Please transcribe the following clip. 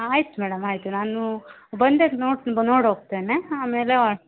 ಆಯ್ತು ಮೇಡಮ್ ಆಯಿತು ನಾನು ಬಂದಾಗ ನೋಡಿ ನೋಡಿ ಹೋಗ್ತೇನೆ ಆಮೇಲೆ